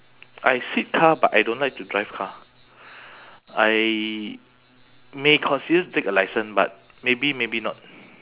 I sit car but I don't like to drive car I may consider take a licence but maybe maybe not